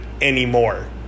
anymore